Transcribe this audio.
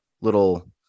little